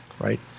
Right